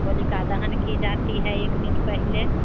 होलिका दहन की जाती है एक दिन पहले